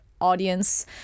audience